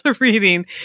reading